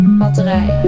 battery